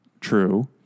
True